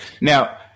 Now